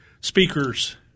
speakers